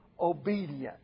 obedient